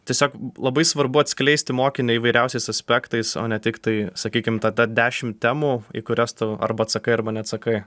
tiesiog labai svarbu atskleisti mokiniui įvairiausiais aspektais o ne tiktai sakykim tą tą dešimt temų į kurias tu arba atsakai arba neatsakai